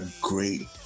great